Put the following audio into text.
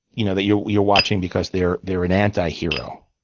you know that you're you're watching because they're they're an antihero.